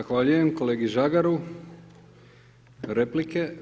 Zahvaljujem kolegi Žagaru, replike.